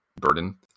burden